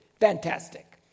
Fantastic